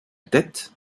tête